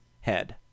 head